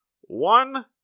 one